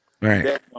Right